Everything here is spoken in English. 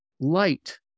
Light